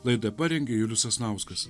laidą parengė julius sasnauskas